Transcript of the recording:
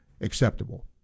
acceptable